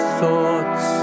thoughts